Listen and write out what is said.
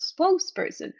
spokesperson